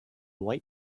white